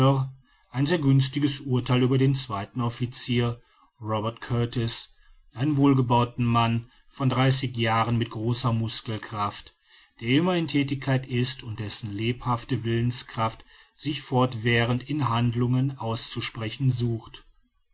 ein sehr günstiges urtheil über den zweiten officier robert kurtis einen wohlgebauten mann von dreißig jahren mit großer muskelkraft der immer in thätigkeit ist und dessen lebhafte willenskraft sich fortwährend in handlungen auszusprechen sucht